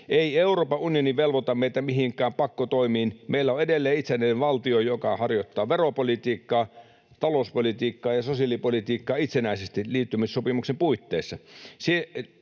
Ei Euroopan unioni velvoita meitä mihinkään pakkotoimiin. Meillä on edelleen itsenäinen valtio, joka harjoittaa veropolitiikkaa, talouspolitiikkaa ja sosiaalipolitiikkaa itsenäisesti liittymissopimuksen puitteissa.